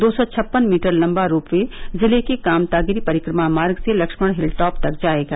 दो सौ छप्पन मीटर लम्बा रोप वे जिले के कामतागिरि परिक्रमा मार्ग से लक्ष्मण हिल टॉप तक जायेगा